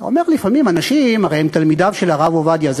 אתה אומר לפעמים: הרי אנשים הם תלמידיו של הרב עובדיה,